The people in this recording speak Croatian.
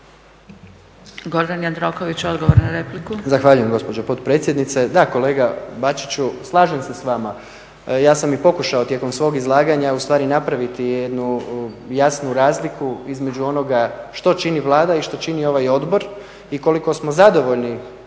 Gordan Jandroković odgovor na repliku.